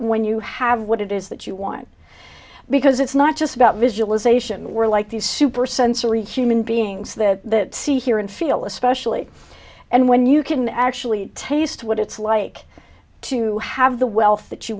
when you have what it is that you want because it's not just about visualization we're like these super sensory human beings that see hear and feel especially and when you can actually taste what it's like to have the wealth that you